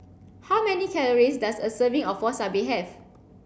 how many calories does a serving of Wasabi have